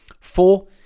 Four